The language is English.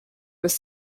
was